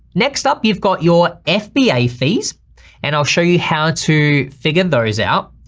next up you've got your fba fees and i'll show you how to figure those out.